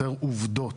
יותר עובדות,